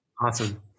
Awesome